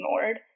ignored